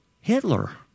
Hitler